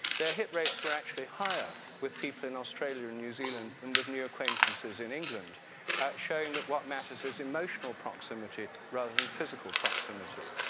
their hit rates were actually higher with people in australia or new zealand than with new acquaintances in england, at showing that what matters is emotional proximity rather than physical proximity.